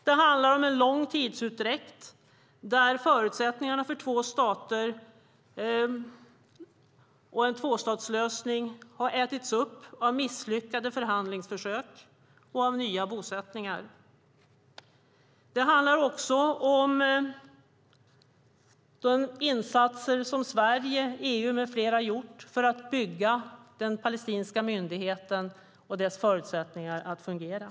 Det handlar om en lång tidsutdräkt, där förutsättningarna för två stater och en tvåstatslösning har ätits upp av misslyckade förhandlingsförsök och av nya bosättningar. Det handlar också om de insatser som Sverige, EU med flera har gjort för att bygga den palestinska myndigheten och dess förutsättningar att fungera.